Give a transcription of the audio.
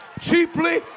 cheaply